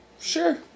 Sure